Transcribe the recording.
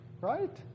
right